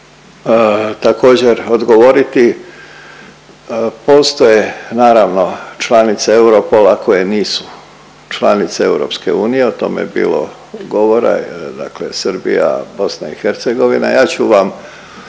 bi htio također odgovoriti, postoje naravno članice Europola koje nisu članice EU, o tome je bilo govora, dakle Srbija, BiH, ja